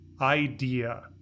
idea